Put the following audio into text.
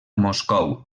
moscou